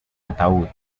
ataúd